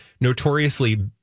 notoriously